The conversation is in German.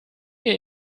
mir